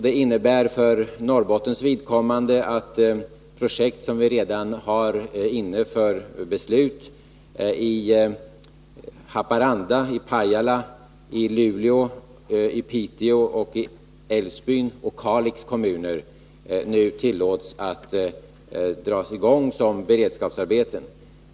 Det innebär för Norrbottens vidkommande att projekt, som vi redan har inne för beslut, i Haparanda, Pajala, Luleå, Piteå, Älvsbyns och Kalix kommuner nu tillåts att dras i gång som beredskapsarbeten.